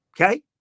Okay